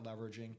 leveraging